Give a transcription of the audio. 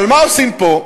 אבל מה עושים פה?